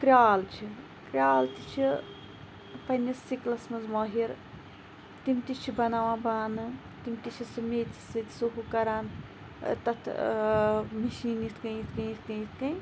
کرال چھِ کرال تہِ چھِ پَننِس سکلَس مَنٛز مٲہِر تِم تہِ چھِ بَناوان بانہٕ تِم تہِ چھِ میٚژِ سۭتۍ کَران تَتھ مِشیٖن یِتھ کنۍ یِتھ کنۍ یِتھ کنۍ یِتھ کنۍ